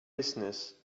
business